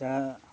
ᱡᱟᱦᱟᱸ